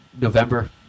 November